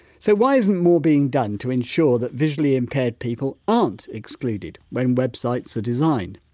so, why isn't more being done to ensure that visually impaired people aren't excluded when websites are designed?